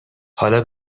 حالا